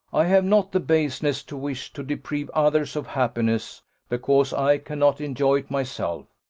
i have not the baseness to wish to deprive others of happiness because i cannot enjoy it myself.